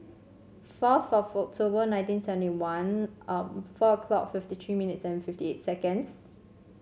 four October nineteen seventy one four o'clock fifty tree minutes and fifty eight seconds